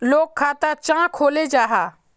लोग खाता चाँ खोलो जाहा?